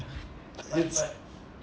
it's